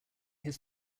his